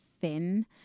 thin